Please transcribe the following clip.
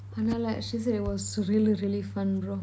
அதுனால:athunaala she said it was really really fun bro